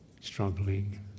struggling